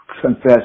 confess